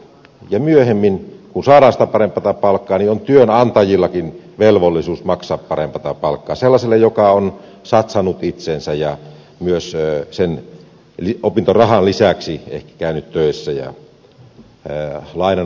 ja myöhemmin kun saadaan sitä parempaa palkkaa niin on työnantajillakin velvollisuus maksaa parempaa palkkaa sellaiselle joka on satsannut itseensä ja myös sen opintorahan lisäksi ehkä käynyt töissä ja lainannut rahaa